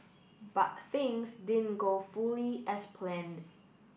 but things din go fully as planned